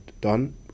done